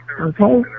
Okay